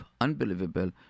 unbelievable